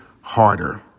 Harder